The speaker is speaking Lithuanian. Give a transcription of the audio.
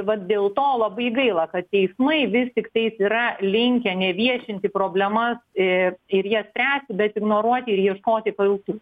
vat dėl to labai gaila kad teismai vis tiktais yra linkę neviešinti problemas ir ir jas spręsti bet ignoruoti ir ieškoti kaltų